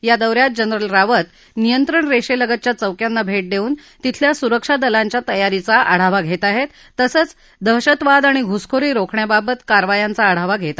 या दौऱ्यात जनरल रावत नियंत्रण रेषेलगतच्या चौक्यांना भेट देऊन तिथल्या सुरक्षा दलांच्या तयारीचा आढावा घेतील तसंच दहशतवाद आणि घुसखोरी रोखण्याबाबत कारवायांचा आढावा घेणार आहेत